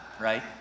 right